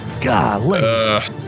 God